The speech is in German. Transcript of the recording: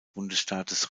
bundesstaates